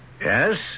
Yes